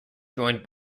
joined